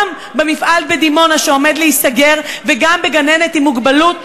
גם מפעל בדימונה שעומד להיסגר וגם גננת עם מוגבלות,